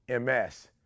MS